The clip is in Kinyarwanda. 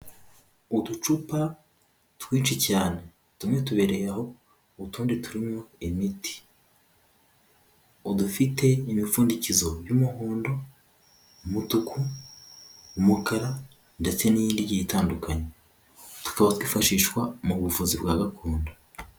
Uducupa twinshi cyane, tumwe tubereye aho utundi turimo imiti. Udufite imipfundikizo y'umuhondo, umutuku, umukara ndetse n'iyindi igiye itandukanye. Tukaba twifashishwa mu buvuzi bwa gakondo.